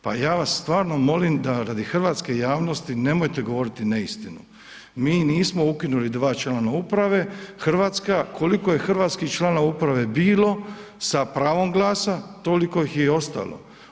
Pa ja vas stvarno molim da radi hrvatske javnosti nemojte govoriti neistinu, mi nismo ukinuli 2 člana uprave, hrvatska, koliko je hrvatskih članova uprave bilo sa pravom glasa, toliko ih je i ostalo.